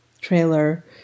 trailer